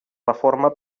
reforma